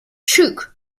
shook